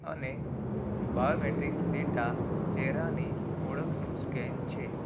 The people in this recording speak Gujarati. અને બાયોમેટ્રિક ડેટા ચહેરાની ઓળખનું સ્કેન છે